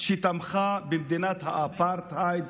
שתמכה במדינת האפרטהייד